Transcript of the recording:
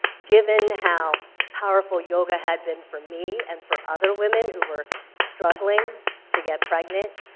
given how powerful yoga had been for me and for other women who were struggling to get pregnant,